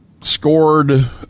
scored